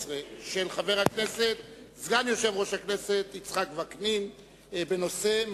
18 של סגן יושב-ראש הכנסת יצחק וקנין בנושא: